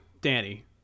Danny